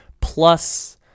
plus